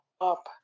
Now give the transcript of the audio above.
up